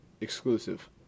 exclusive